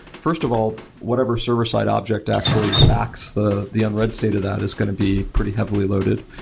first of all, whatever server-side object actually backs the the unread state of that is going to be pretty heavily loaded.